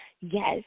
Yes